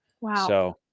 Wow